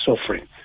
suffering